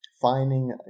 finding